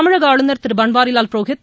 தமிழக ஆளுநர் திரு பன்வாரிலால் புரோஹித்